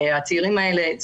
הצעירים האלה,